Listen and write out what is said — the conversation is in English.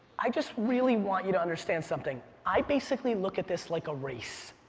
i just really want you to understand something. i basically look at this like a race.